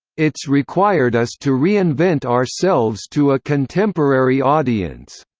it's required us to reinvent ourselves to a contemporary audience.